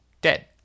dead